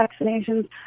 vaccinations